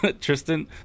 Tristan